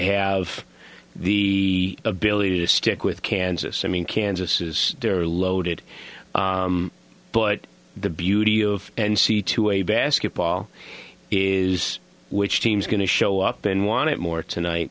have the ability to stick with kansas i mean kansas is they're loaded but the beauty of and see to a basketball is which teams going to show up and want it more tonight